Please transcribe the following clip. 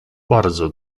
bardzo